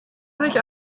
sich